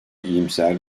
iyimser